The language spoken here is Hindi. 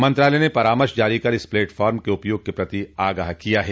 मंत्रालय ने परामर्श जारी कर इस प्लेटफॉर्म के उपयोग के प्रति आगाह किया है